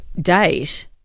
date